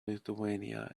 lithuania